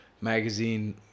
magazine